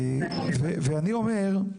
אני אומר,